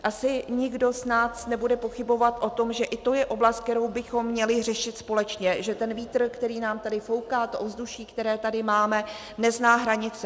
Asi nikdo z nás nebude pochybovat o tom, že i to je oblast, kterou bychom měli řešit společně, že vítr, který nám tady fouká, to ovzduší, které tady máme, nezná hranice.